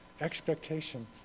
expectation